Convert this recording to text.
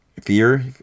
fear